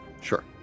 sure